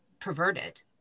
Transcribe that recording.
perverted